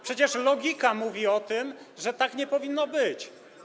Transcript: Przecież logika mówi, że tak nie powinno być.